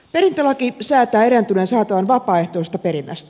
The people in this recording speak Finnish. perintälaki säätää erääntyneen saatavan vapaaehtoisesta perinnästä